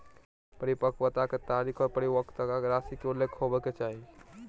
परिपक्वता के तारीख आर परिपक्वता राशि के उल्लेख होबय के चाही